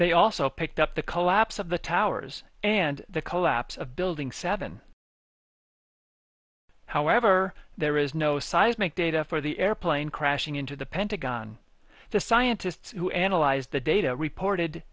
they also picked up the collapse of the towers and the collapse of building seven however there is no seismic data for the airplane crashing into the pentagon the scientists who analyzed the data reported